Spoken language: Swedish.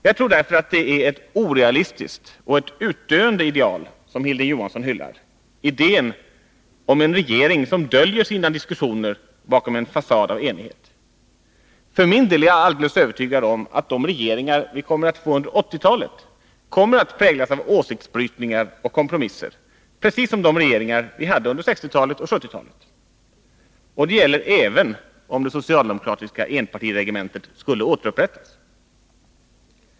Jag tror därför att det är ett orealistiskt och ett utdöende ideal som Hilding Johansson hyllar — idén om en regering som döljer sina diskussioner bakom en fasad av enighet. För min del är jag alldeles övertygad om att de regeringar vi kommer att få under 1980-talet kommer att präglas av åsiktsbrytningar och kompromisser precis som de regeringar vi hade under 1960-talet och 1970-talet. Och det gäller även om det socialdemokratiska enpartiregementet skulle återupprättas.